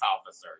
officers